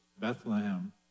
Bethlehem